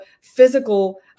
physical